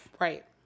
Right